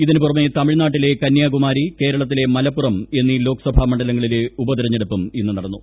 ഇതിനു പുറമെ തമിഴ്നാട്ടിലെ കന്യാകുമ്മാരി കേരളത്തിലെ മലപ്പുറം എന്നീ ലോകസഭാ മണ്ഡലങ്ങളിലെ ഉപതെരഞ്ഞെടുപ്പും ഇന്നു നടന്നു